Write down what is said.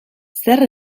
zer